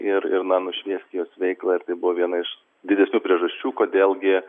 ir ir na nušviest jos veiklą ir tai buvo viena iš didesnių priežasčių kodėl gi